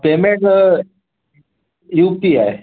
payment U P I